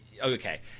okay